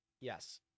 Yes